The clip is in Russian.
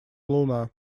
луна